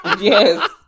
Yes